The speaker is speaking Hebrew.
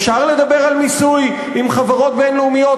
אפשר לדבר על מיסוי עם חברות בין-לאומיות,